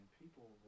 people